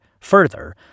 further